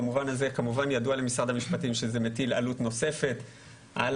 במובן הזה כמובן ידוע למשרד המשפטים שזה מטיל עלות נוספת על